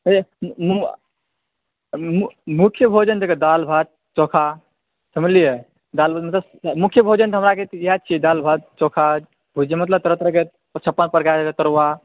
मुख्य भोजन छै दालि भात चोखा समझलियै मुख्य भोजन तऽ हमरा सभके इएह भेलै हर भात चोखा चटनी जे मतलब तरह तरहके छप्पन प्रकारके तरुआ